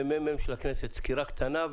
מרכז המחקר של הכנסת בסקירה קצרה.